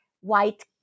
white